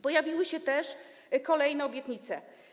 Pojawiły się też kolejne obietnice.